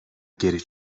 geri